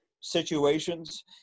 situations